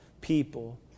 people